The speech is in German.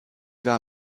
war